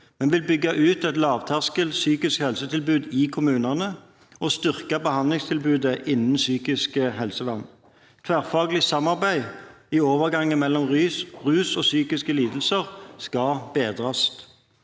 Vi vil bygge ut et lavterskel psykisk helsetilbud i kommunene og styrke behandlingstilbudet innenfor psykisk helsevern. Tverrfaglig samarbeid i overgangen mellom rus og psykiske lidelser skal bedres.